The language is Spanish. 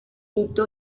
hito